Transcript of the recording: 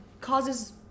causes